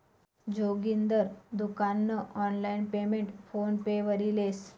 जोगिंदर दुकान नं online payment PhonePe वरी लेस